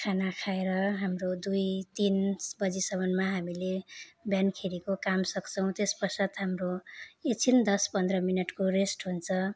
खाना खाएर हाम्रो दुई तिन बजेसम्ममा हामीले बिहानखेरिको काम सक्छौँ त्यस पश्चात हाम्रो एकछिन दस पन्ध्र मिनटको रेस्ट हुन्छ